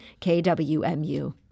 KWMU